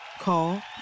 Call